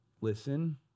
Listen